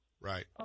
Right